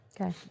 Okay